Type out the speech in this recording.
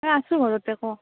এ আছোঁ ঘৰতে ক'